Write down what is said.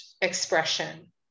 expression